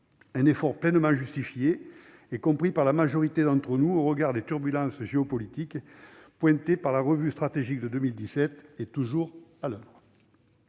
Cet effort est pleinement justifié et compris par la majorité d'entre nous au regard des turbulences géopolitiques pointées dans la revue stratégique de 2017 et toujours à l'oeuvre.